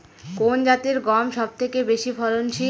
কোন জাতের গম সবথেকে বেশি ফলনশীল?